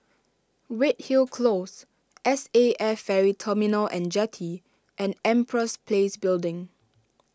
Redhill Close S A F Ferry Terminal and Jetty and Empress Place Building